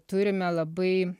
turime labai